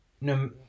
no